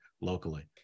locally